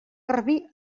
garbí